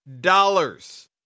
dollars